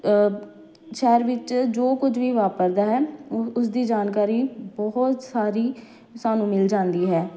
ਸ਼ਹਿਰ ਵਿੱਚ ਜੋ ਕੁਝ ਵੀ ਵਾਪਰਦਾ ਹੈ ਉਹ ਉਸਦੀ ਜਾਣਕਾਰੀ ਬਹੁਤ ਸਾਰੀ ਸਾਨੂੰ ਮਿਲ ਜਾਂਦੀ ਹੈ